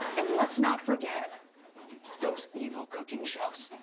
and let's not forget those evil cooking shows.